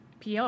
PR